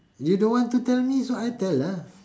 you don't wanna tell me so I tell lah